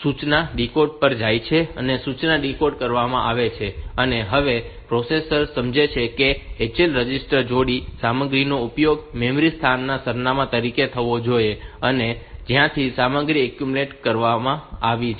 સૂચના ડીકોડર પર જાય છે અને સૂચના ડીકોડ કરવામાં આવે છે અને હવે પ્રોસેસર સમજે છે કે HL રજિસ્ટર જોડી સામગ્રીનો ઉપયોગ મેમરી સ્થાનના સરનામાં તરીકે થવો જોઈએ અને જ્યાંથી સામગ્રી એક્યુમ્યુલેટર પર આવવાની છે